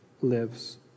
lives